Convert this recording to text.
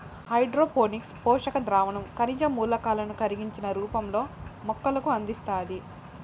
hydroponics పోషక ద్రావణం ఖనిజ మూలకాలను కరిగించిన రూపంలో మొక్కలకు అందిస్తాది